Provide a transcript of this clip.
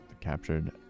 captured